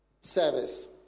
service